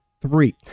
Three